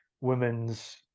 women's